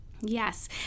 Yes